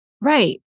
Right